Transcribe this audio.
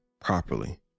properly